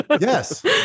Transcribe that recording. Yes